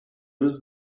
روز